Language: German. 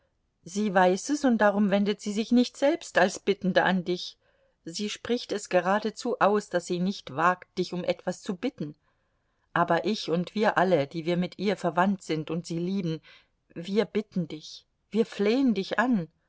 sie weiß es und darum wendet sie sich nicht selbst als bittende an dich sie spricht es geradezu aus daß sie nicht wagt dich um etwas zu bitten aber ich und wir alle die wir mit ihr verwandt sind und sie lieben wir bitten dich wir flehen dich an